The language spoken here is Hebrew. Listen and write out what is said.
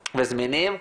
וזמינים.